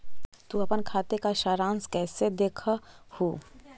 तु अपन खाते का सारांश कैइसे देखअ हू